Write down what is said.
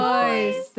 Boys